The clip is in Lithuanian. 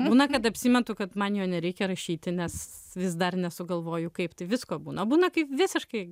būna kad apsimetu kad man jo nereikia rašyti nes vis dar nesugalvoju kaip tai visko būna būna kaip visiškai